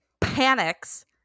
panics